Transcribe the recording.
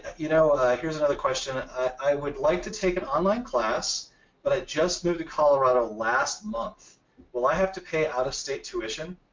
you know here's another question i would like to take an online class but i just moved to colorado last month will i have to pay out-of-state tuition?